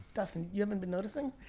dustin, you haven't been noticing?